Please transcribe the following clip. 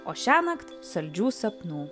o šiąnakt saldžių sapnų